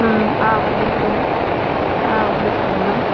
ம் ஆ வந்துருக்கு ஆ வந்துருக்குங்க மேடம்